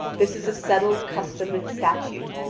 this is a settled custom and statute,